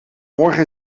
morgen